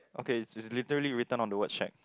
okay it's literally written on the word shack